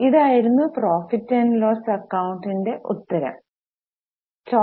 ഇതായിരുന്നു profit and loss അക്കൌണ്ടിന്റെ ഉത്തരം ഇതായിരുന്നു